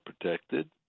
protected